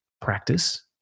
practice